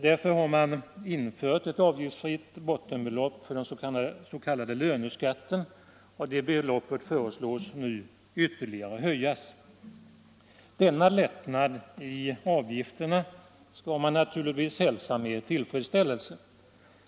Därför har ett avgiftsfritt bottenbelopp för den s.k. löneskatten införts, och det beloppet föreslås nu att höjas ytterligare. Denna lättnad i avgifterna skall man naturligtvis hälsa med tillfredsställelse.